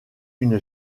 une